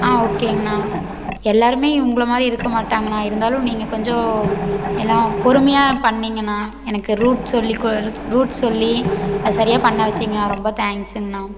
ஆ ஓகேங்கண்ணா எல்லாருமே உங்களை மாதிரி இருக்க மாட்டாங்ண்ணா இருந்தாலும் நீங்கள் கொஞ்சம் எல்லாம் பொறுமையாக பண்ணிங்கண்ணா எனக்கு ரூட் சொல்லி ரூட் சொல்லி அது சரியாக பண்ண வச்சுங்க ரொம்ப தேங்ஸ்ஸுங்கண்ணா